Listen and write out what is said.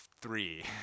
three